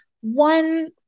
one